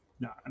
No